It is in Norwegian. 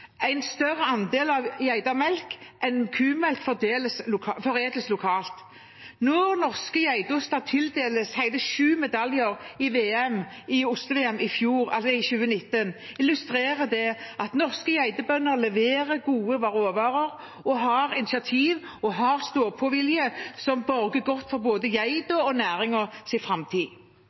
En større andel av geitemelk enn av kumelk foredles lokalt. Når norske geitoster ble tildelt hele sju medaljer i Oste-VM i 2019, illustrerer det at norske geitebønder leverer gode råvarer og har initiativ og ståpåvilje som borger godt for både geitenes og næringens framtid.